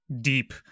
deep